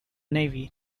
navy